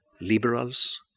liberals